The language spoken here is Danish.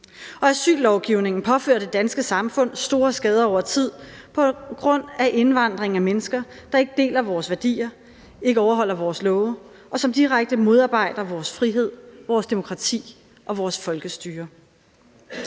asyllovgivningen påfører det danske samfund store skader over tid på grund af indvandring af mennesker, der ikke deler vores værdier, ikke overholder vores love, og som direkte modarbejder vores frihed, vores demokrati og vores folkestyre.